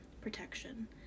protection